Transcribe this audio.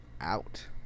out